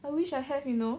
I wish I have you know